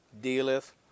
dealeth